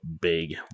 big